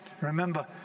Remember